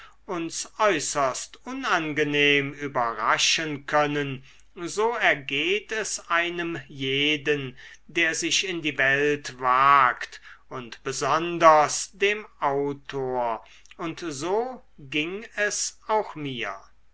uns äußerst unangenehm überraschen können so ergeht es einem jeden der sich in die welt wagt und besonders dem autor und so ging es auch mir